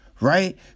right